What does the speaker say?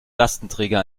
lastenträger